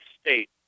state